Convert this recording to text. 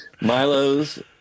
Milo's